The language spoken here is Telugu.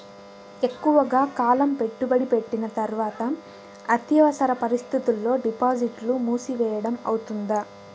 ఎక్కువగా కాలం పెట్టుబడి పెట్టిన తర్వాత అత్యవసర పరిస్థితుల్లో డిపాజిట్లు మూసివేయడం అవుతుందా?